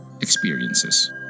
experiences